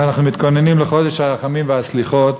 ואנחנו מתכוננים לחודש הרחמים והסליחות.